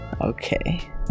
Okay